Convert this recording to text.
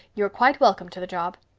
you're quite welcome to the job.